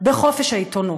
בחופש העיתונות.